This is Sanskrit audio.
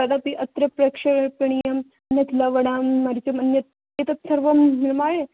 तदपि अत्र प्रक्षेपणीयम् अन्यत् लवणं मरि अन्यत् एतत् सर्वं निर्माय